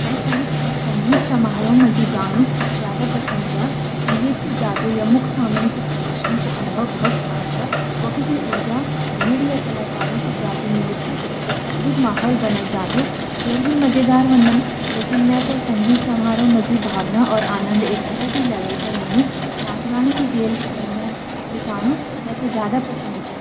मेते संगीत समारोह माजी जानू जादा पसंद छ। संगीत कु जादू या मुख समानी कु प्रदर्शन कु अनुभव बहुत खास छ। वख की ऊर्जा भिड या कालाकारु कू जादू मिलि ते एक अदभुद माहोल बने जांदू। खेल खेल भी मझेदार वंदान लेकिन मेते संगीत समारोह मजी भावना और आनंद एक अलग ही लेवल पर होंडू। नाच गान की गेल समय बितोनू में ते जादा पसंद छा।